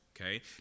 okay